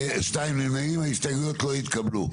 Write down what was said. ההסתייגויות לא התקבלו.